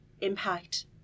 impact